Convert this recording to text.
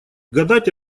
гадать